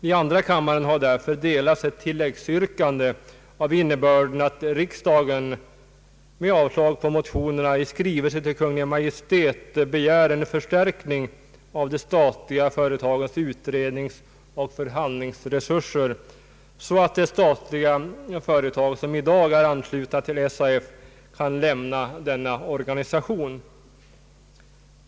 I andra kammaren har därför utdelats ett tilläggsyrkande av den innebörden att riksdagen med avslag på motionerna i skrivelse till Kungl. Maj:t begär en förstärkning av de statliga företagens utredningsoch förhandlingsresurser, så att de statliga företag som i dag är anslutna till SAF kan lämna denna organisation.